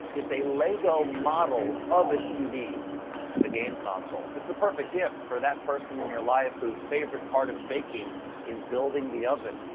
a lego model of a tv and the game console. it's the perfect gift for that person in your life whose favorite part of baking is building the oven.